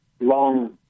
long